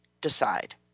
decide